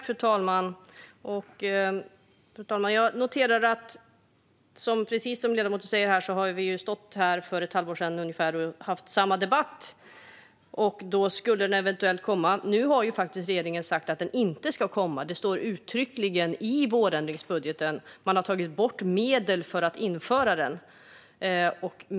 Fru talman! Precis som ledamoten säger stod vi här för ett halvår sedan ungefär och hade samma debatt. Då skulle propositionen eventuellt komma, men nu har regeringen uttryckligen sagt att den inte ska komma - det står uttryckligen i vårändringsbudgeten. Man har tagit bort medel för att införa den.